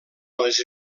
les